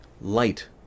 light